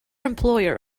employer